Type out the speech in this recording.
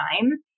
time